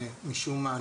שמשום מה,